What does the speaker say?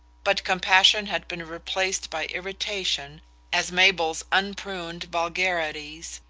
but compassion had been replaced by irritation as mabel's unpruned vulgarities,